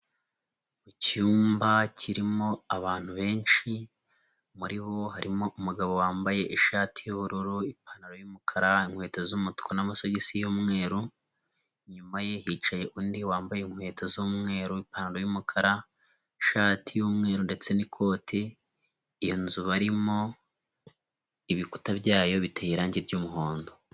Mu cyumba kirimo abantu benshi, muri bo harimo umugabo wambaye ishati y'ubururu, ipantaro y'umukara, inkweto z'umukara n'amasogisi y'umweru, inyuma ye hicaye undi wambaye inkweto z'umweru, ipantaro y'umukara, ishati y'umweru ndetse n'ikoti, inzu barimo ibikuta byayo bitera irangi ry'umuhondo.